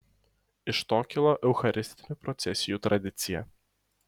iš to kilo eucharistinių procesijų tradicija